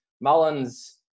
Mullins